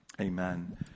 Amen